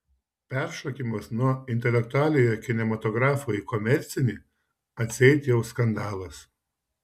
peršokimas nuo intelektualiojo kinematografo į komercinį atseit jau skandalas